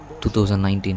2019